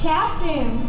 Captain